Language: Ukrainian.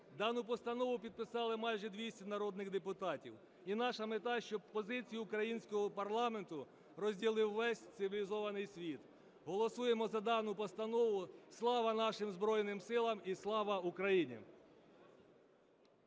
Дану постанову підписали майже 200 народних депутатів. І наша мета, щоб позиції українського парламенту розділив весь цивілізований світ. Голосуємо за дану постанову. Слава нашим Збройним Силам і слава Україні!